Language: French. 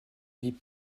vie